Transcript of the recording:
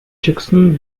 jackson